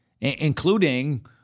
including